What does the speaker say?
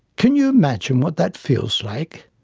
can you imagine what that feels like?